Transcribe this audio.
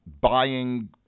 buying